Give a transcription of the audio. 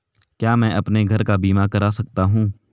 क्या मैं अपने घर का बीमा करा सकता हूँ?